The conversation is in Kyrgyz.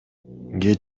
кечинде